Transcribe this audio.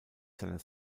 seiner